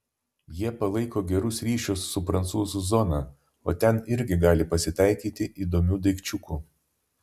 jie palaiko gerus ryšius su prancūzų zona o ten irgi gali pasitaikyti įdomių daikčiukų